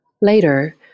Later